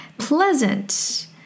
pleasant